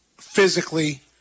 physically